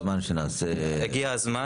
הגיע הזמן שנעשה סדר